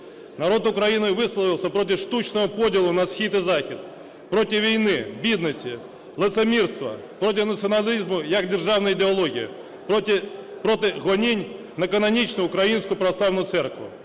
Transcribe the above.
Народ України висловився проти штучного поділу на схід і захід, проти війни, бідності, лицемірства, проти націоналізму як державної ідеології, проти гонінь на канонічну Українську православну церкву,